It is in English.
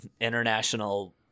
international